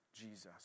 Jesus